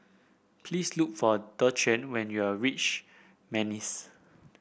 please look for Dequan when you reach Manis